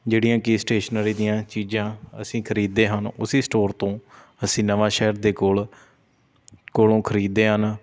ਜਿਹੜੀਆਂ ਕਿ ਸਟੇਸ਼ਨਰੀ ਦੀਆਂ ਚੀਜ਼ਾਂ ਅਸੀਂ ਖਰੀਦਦੇ ਹਨ ਉਸੀ ਸਟੋਰ ਤੋਂ ਅਸੀਂ ਨਵਾਂ ਸ਼ਹਿਰ ਦੇੇ ਕੋਲ ਕੋਲੋਂ ਖਰੀਦਦੇ ਹਨ